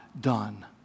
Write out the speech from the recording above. done